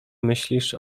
myślisz